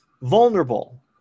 vulnerable